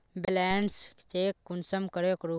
Balance check कुंसम करे करूम?